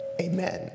amen